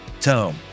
Tome